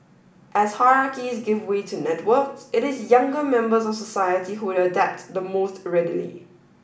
as hierarchies give way to networks it is younger members of society who adapt the most readily